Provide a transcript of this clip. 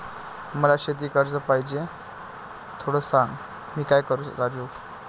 मला शेती कर्ज पाहिजे, थोडं सांग, मी काय करू राजू?